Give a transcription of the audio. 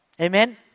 Amen